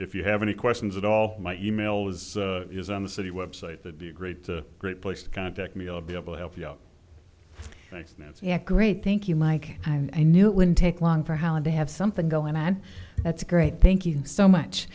if you have any questions at all my e mail is is on the city web site they'd be a great great place to contact me i'll be able to help you out thanks nancy great thank you mike and i knew it wouldn't take long for how to have something go and that's great thank you so much